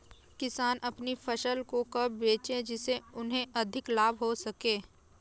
किसान अपनी फसल को कब बेचे जिसे उन्हें अधिक लाभ हो सके?